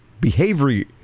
behavior